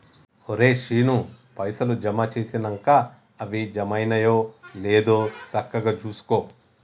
ఒరే శీనూ, పైసలు జమ జేసినంక అవి జమైనయో లేదో సక్కగ జూసుకో